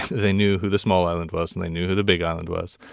they knew who the small island was, and they knew who the big island was.